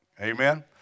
Amen